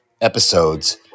episodes